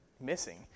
missing